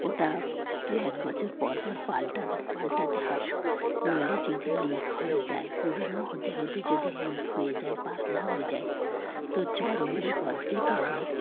ওটা দু এক বছর পর পর পালটা পালটাতে হয় নইলে যদি লিক হয়ে যায় পুরনো হতে হতে যদি লিক হয়ে যায় পাতলা হয়ে যায় তো চরম বিপদ ডেকে আনে